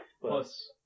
Plus